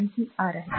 आणि ही आर आहे